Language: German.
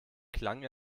klang